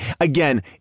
Again